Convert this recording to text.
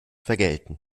vergelten